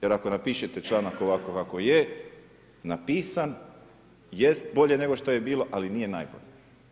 Jer ako napišete članak ovako kako je napisan jest bolje nego što je bilo ali nije najbolje.